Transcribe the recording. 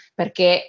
perché